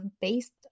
based